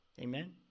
Amen